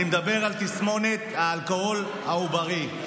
אני מדבר על תסמונת האלכוהול העוברי.